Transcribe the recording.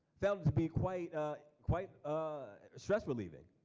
found it to be quite quite ah stress relieving.